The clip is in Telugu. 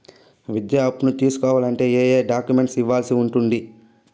విద్యా అప్పును తీసుకోవాలంటే ఏ ఏ డాక్యుమెంట్లు ఇవ్వాల్సి ఉంటుంది